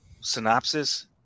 synopsis